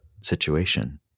situation